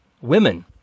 Women